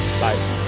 Bye